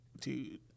dude